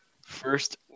First